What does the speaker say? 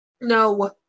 No